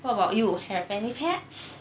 what about you have any pets